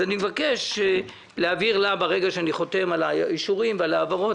אני מבקש להעביר אליה ברגע שאני חותם על האישורים ועל ההעברות.